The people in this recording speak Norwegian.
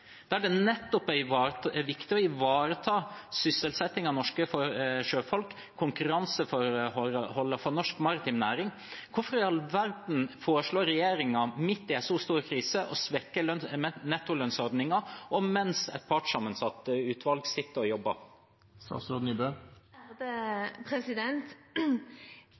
det nettopp er viktig å ivareta sysselsettingen av sjøfolk og konkurranseforholdene for norsk maritim næring. Hvorfor i all verden foreslår regjeringen å svekke nettolønnsordningen midt i en så stor krise og mens et partssammensatt utvalg sitter og jobber?